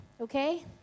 Okay